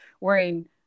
wearing